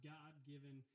God-given